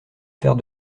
faire